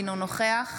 אינו נוכח